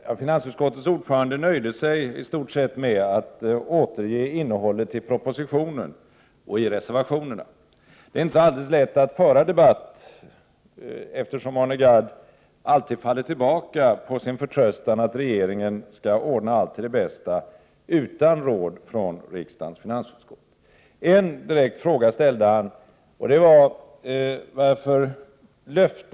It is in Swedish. Herr talman! Finansutskottets ordförande nöjde sig i stort sett med att återge innehållet i propositionen och reservationerna. Det är inte så lätt att föra en debatt med Arne Gadd eftersom han alltid faller tillbaka på sin förtröstan om att regeringen skall ordna allt till det bästa utan råd från riksdagens finansutskott. Han ställde dock en direkt fråga. Den gällde varför det löfte vi kräver av — Prot.